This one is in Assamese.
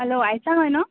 হেল্ল' আইছা হয় ন